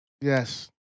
Yes